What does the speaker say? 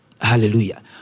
Hallelujah